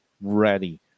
ready